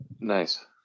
Nice